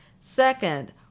Second